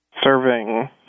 serving